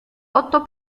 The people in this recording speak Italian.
otto